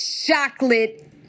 chocolate